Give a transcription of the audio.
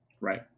Right